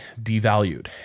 devalued